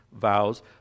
vows